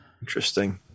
Interesting